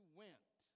went